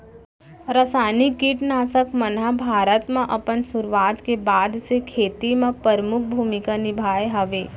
रासायनिक किट नाशक मन हा भारत मा अपन सुरुवात के बाद से खेती मा परमुख भूमिका निभाए हवे